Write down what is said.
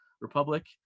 Republic